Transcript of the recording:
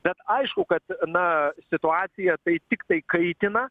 bet aišku kad na situaciją tai tiktai kaitina